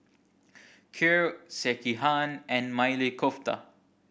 Kheer Sekihan and Maili Kofta